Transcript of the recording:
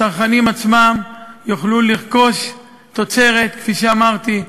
הצרכנים עצמם יוכלו לרכוש תוצרת, כפי שאמרתי,